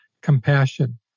Compassion